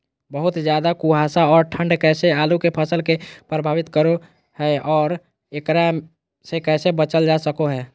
बहुत ज्यादा कुहासा और ठंड कैसे आलु के फसल के प्रभावित करो है और एकरा से कैसे बचल जा सको है?